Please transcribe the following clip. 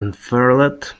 unfurled